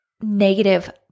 negative